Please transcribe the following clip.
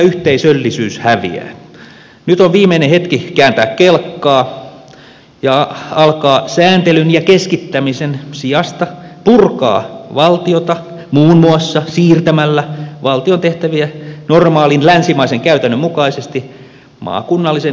nyt on viimeinen hetki kääntää kelkkaa ja alkaa sääntelyn ja keskittämisen sijasta purkaa valtiota muun muassa siirtämällä valtion tehtäviä normaalin länsimaisen käytännön mukaisesti maakunnallisen itsehallinnon piiriin